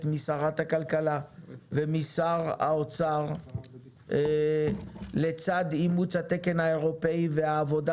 משרת הכלכלה ומשר האוצר לצד אימוץ התקן האירופאי והעבודה